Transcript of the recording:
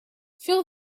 fill